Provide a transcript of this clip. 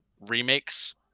remakes